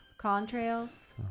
Contrails